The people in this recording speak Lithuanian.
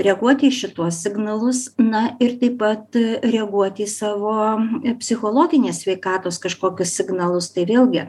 reaguoti į šituos signalus na ir taip pat reaguoti į savo psichologinės sveikatos kažkokius signalus tai vėlgi